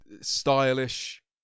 stylish